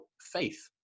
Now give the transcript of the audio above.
faith